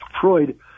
freud